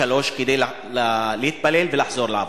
שלוש שעות כדי להתפלל ולחזור לעבודה?